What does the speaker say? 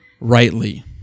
rightly